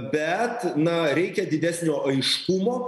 bet na reikia didesnio aiškumo